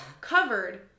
covered